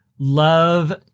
Love